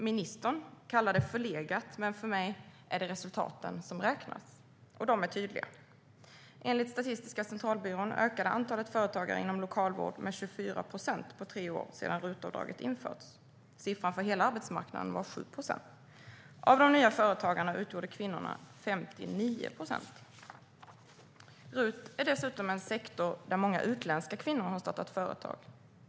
Ministern kallar det förlegat, men för mig är det resultaten som räknas, och de är tydliga. Enligt Statistiska centralbyrån ökade antalet företagare inom lokalvård med 24 procent på tre år sedan RUT-avdraget införts. Siffran för hela arbetsmarknaden var 7 procent. Av de nya företagarna utgjorde kvinnorna 59 procent. RUT är dessutom en sektor där många utländska kvinnor har startat företag.